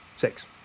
six